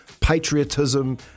patriotism